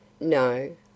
No